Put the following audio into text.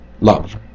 love